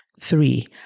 Three